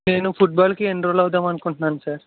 నేను ఫుట్బాల్కి ఎన్రోల్ అవదామనుకుంటున్నాను సార్